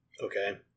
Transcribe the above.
Okay